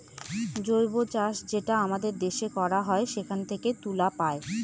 জৈব চাষ যেটা আমাদের দেশে করা হয় সেখান থেকে তুলা পায়